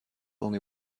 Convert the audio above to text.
only